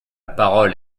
parole